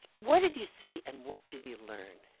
what did you see and what did you learn?